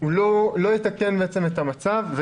יתקן את המצב.